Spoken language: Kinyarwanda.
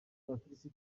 abakristu